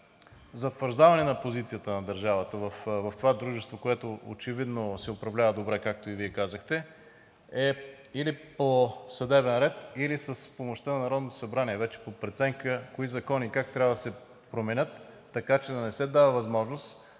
затвърждаване позициите на държавата в това дружество, което очевидно се управлява добре, както и Вие казахте, е или по съдебен ред, или с помощта на Народното събрание – по преценка, кои закони как трябва да се променят, така че да не се дава възможност